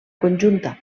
conjunta